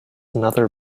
another